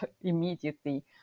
immediately